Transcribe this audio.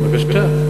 בבקשה.